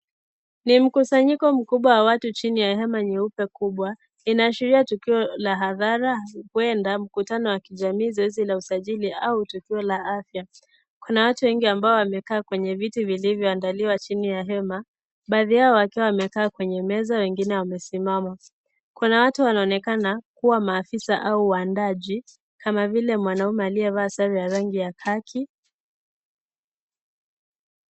Ni mkusanyiko mkubwa wa watu chini ya hema nyeupe kubwa. Linaashiria tukio la adhara mkutano wa kijamii ,zoezi la usajili au tukio la afya. Kuna watu wengi ambao wamekaa kwenye viti vilivyo andaliwa chini ya hema. Baadhi wao wakiwa wamekaa kwenye meza wengine wamesimama. Kuna watu wanaonekana kuwa maafisa au waandaji kama vile mwanaume aliyevaa sare ya kaki.